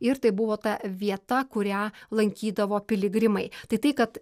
ir tai buvo ta vieta kurią lankydavo piligrimai tai tai kad